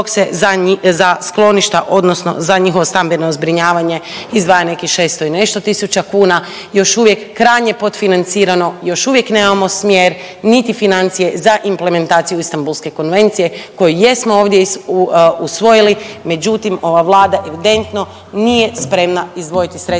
dok se za skloništa odnosno za njihovo stambeno zbrinjavanje izdvaja nekih 600 i nešto tisuća kuna, još uvijek krajnje potfinancirano, još uvijek nemamo smjer, niti financije za implementaciju Istanbulske konvencije koju jesmo ovdje usvojili, međutim ova vlada evidentno nije spremna izdvojiti sredstva